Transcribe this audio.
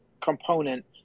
component